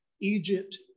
Egypt